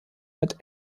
mit